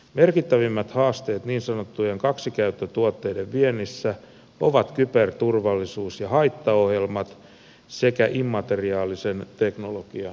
merkittävimmät haasteet niin sanottujen kaksikäyttötuotteiden viennissä ovat kyberturvallisuus ja haittaohjelmat sekä immateriaalisen teknologian valvonta